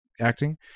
acting